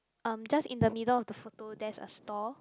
um just in the middle of the photo there's a store